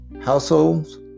households